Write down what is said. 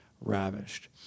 ravished